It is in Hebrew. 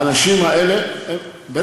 האנשים האלה, לכל רב.